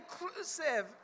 inclusive